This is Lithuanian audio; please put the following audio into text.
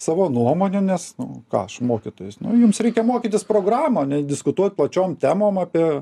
savo nuomonių nes nu ką aš mokytojus nu jums reikia mokytis programą ne diskutuot plačiom temom apie